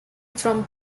from